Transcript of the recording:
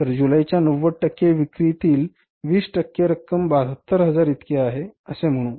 तर जुलैच्या 90 टक्के विक्रीतील २० टक्के रक्कम 72000 इतकी आहे असे म्हणू